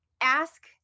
ask